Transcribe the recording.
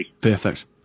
Perfect